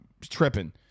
tripping